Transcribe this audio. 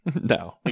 No